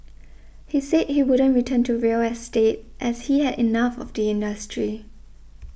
he said he wouldn't return to real estate as he had enough of the industry